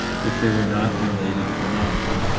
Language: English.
if they were not related phenomena.